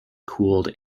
cooled